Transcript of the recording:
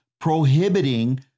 prohibiting